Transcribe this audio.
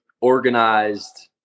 organized